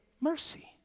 mercy